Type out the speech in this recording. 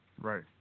Right